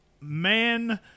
man